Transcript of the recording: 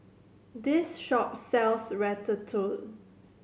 this shop sells Ratatouille